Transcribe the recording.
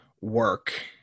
work